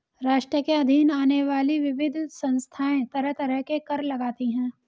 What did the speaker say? राष्ट्र के अधीन आने वाली विविध संस्थाएँ तरह तरह के कर लगातीं हैं